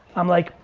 i'm like,